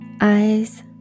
eyes